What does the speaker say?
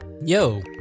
Yo